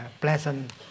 pleasant